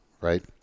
right